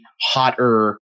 hotter